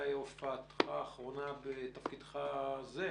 הופעתך האחרונה בתפקידך זה.